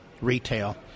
retail